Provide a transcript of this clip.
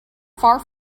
far